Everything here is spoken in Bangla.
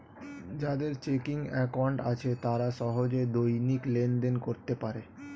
যাদের চেকিং অ্যাকাউন্ট আছে তারা সহজে দৈনিক লেনদেন করতে পারে